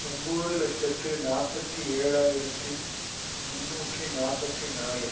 ஒம்போது லட்சத்து நாற்பத்தி ஏழாயிரத்து முன்னூற்றி நாற்பத்தி நாலு